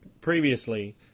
previously